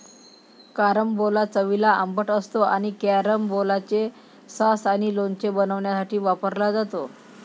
carambola चवीला आंबट असतो आणि कॅरंबोलाचे सॉस आणि लोणचे बनवण्यासाठी वापरला जातो